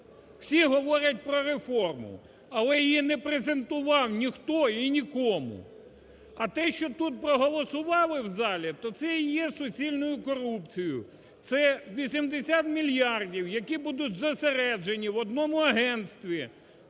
Всі говорять про реформу, але її не презентував ніхто і нікому. А те, що тут проголосували в залі, то це і є суцільною корупцією. Це 80 мільярдів, які будуть зосереджені в одному агентстві,